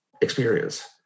experience